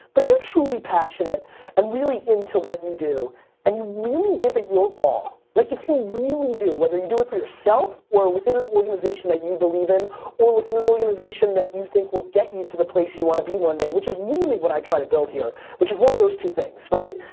but if you're truly passionate and really into what you do and you really give it your all. like if you really do, whether you do it for yourself or within an organization that you believe in or within an organization that you think will get you to the place you want to be one day. which is really what i try to build here. which is one of those two things right?